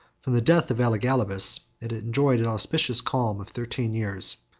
from the death of elagabalus, it enjoyed an auspicious calm of thirteen years.